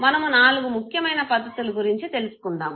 మనము నాలుగు ముఖ్యమైన పద్ధతుల గురించి తెలుసుకుందాము